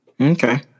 Okay